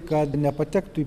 kad nepatektų į